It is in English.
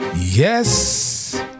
Yes